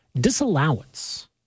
disallowance